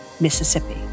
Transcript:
Mississippi